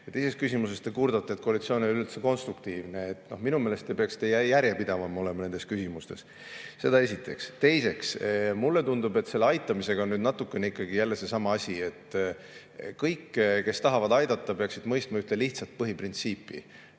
Teises küsimuses te kurdate, et koalitsioon ei ole üldse konstruktiivne. Minu meelest te peaksite olema nendes küsimustes järjepidevam. Seda esiteks. Teiseks, mulle tundub, et selle aitamisega on natukene ikkagi jälle seesama asi, et kõik, kes tahavad aidata, peaksid mõistma ühte lihtsat põhiprintsiipi: